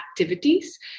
activities